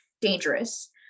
dangerous